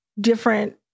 different